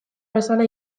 bezala